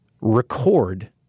record